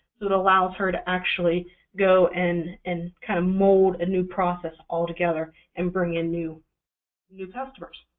so it allows her to actually go and and mold a new process all together and bring in new new customers.